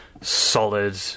solid